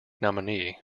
nominee